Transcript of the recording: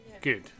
good